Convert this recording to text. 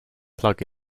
plug